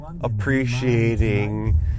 appreciating